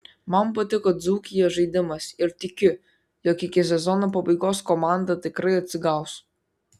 man patiko dzūkijos žaidimas ir tikiu jog iki sezono pabaigos komanda tikrai atsigaus